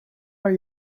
are